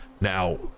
Now